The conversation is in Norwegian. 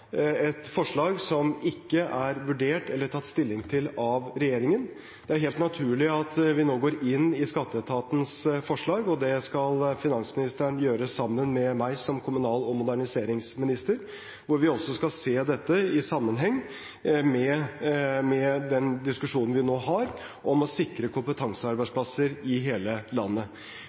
et forslag som ikke er vurdert eller tatt stilling til av regjeringen. Det er helt naturlig at vi nå går inn i skatteetatens forslag, og det skal finansministeren gjøre sammen med meg som kommunal- og moderniseringsminister, hvor vi også skal se dette i sammenheng med den diskusjonen vi nå har, om å sikre kompetansearbeidsplasser i hele landet.